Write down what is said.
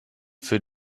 für